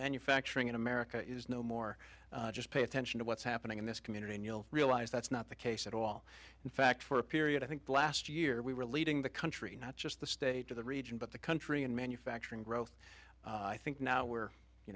manufacturing in america is no more just pay attention to what's happening in this community and you'll realize that's not the case at all in fact for a period i think last year we were leading the country not just the state of the region but the country in manufacturing growth i think now we're you